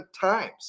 times